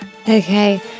Okay